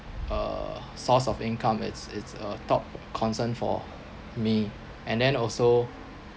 uh source of income it's it's a top concern for me and then also